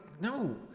no